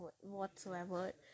whatsoever